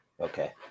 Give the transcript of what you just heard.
Okay